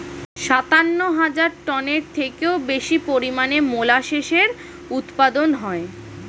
সাতান্ন হাজার টনের থেকেও বেশি পরিমাণে মোলাসেসের উৎপাদন হয়